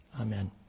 Amen